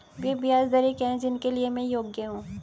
वे ब्याज दरें क्या हैं जिनके लिए मैं योग्य हूँ?